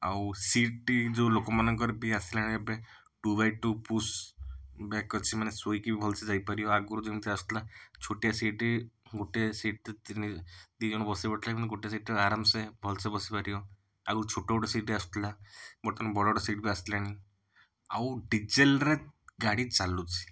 ଆଉ ସିଟ୍ଟି ଯୋଉଁ ଲୋକମାନଙ୍କର ବି ଆସିଲାଣି ଏବେ two by two push back ଅଛି ମାନେ ଶୋଇକି ବି ଭଲସେ ଯାଇପାରିବ ଆଗରୁ ଯେମିତି ଆସୁଥିଲା ଛୋଟିଆ ସିଟ୍ ଗୋଟେ ସିଟ୍ ତିନି ଦୁଇଜଣ ବସିବାକୁ ପଡ଼ୁଥିଲା କିନ୍ତୁ ଗୋଟିଏ ସିଟରେ ଆରାମସେ ଭଲସେ ବସିପାରିବ ଆଗରୁ ଛୋଟ ଛୋଟ ସିଟ୍ ଆସୁଥିଲା ବର୍ତ୍ତମାନ ବଡ଼ ବଡ଼ ସିଟ୍ ବି ଆସିଲାଣି ଆଉ ଡ଼ିଜେଲରେ ଗାଡ଼ି ଚାଲୁଛି